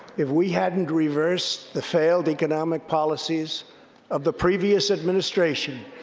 if we hadn't reversed the failed economic policies of the previous administration,